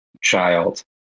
child